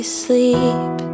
sleep